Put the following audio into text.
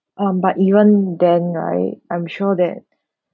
um but even then right I'm sure that